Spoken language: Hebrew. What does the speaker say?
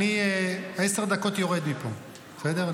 אני תוך עשר דקות יורד מפה, בסדר?